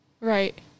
Right